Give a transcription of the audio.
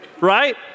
right